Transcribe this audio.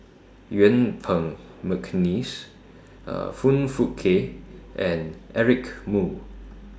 Yuen Peng Mcneice Foong Fook Kay and Eric Moo